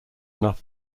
enough